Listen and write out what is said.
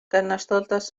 carnestoltes